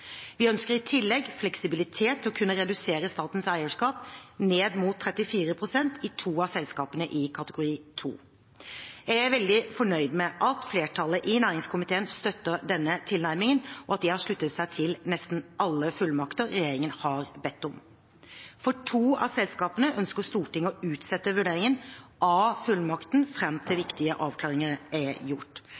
Vi ønsker i tillegg fleksibilitet til å kunne redusere statens eierskap ned mot 34 pst. i to av selskapene i kategori 2. Jeg er veldig fornøyd med at flertallet i næringskomiteen støtter denne tilnærmingen, og at de har sluttet seg til nesten alle fullmakter regjeringen har bedt om. For to av selskapene ønsker Stortinget å utsette vurderingen av fullmakter fram til viktige avklaringer er gjort.